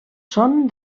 són